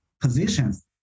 positions